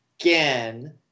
again